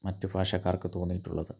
മറ്റു ഭാഷക്കാർക്ക് തോന്നിയിട്ടുള്ളത്